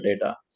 data